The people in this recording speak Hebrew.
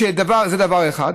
זה דבר אחד.